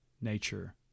nature